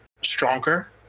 stronger